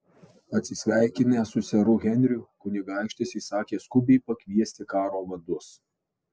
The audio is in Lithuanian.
atsisveikinęs su seru henriu kunigaikštis įsakė skubiai pakviesti karo vadus